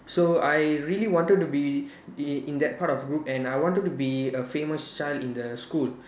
so I really wanted to be in in that part of group and I wanted to be a famous child in the school